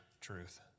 truth